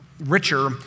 richer